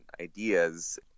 ideas